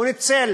הוא ניצל